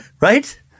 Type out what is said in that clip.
right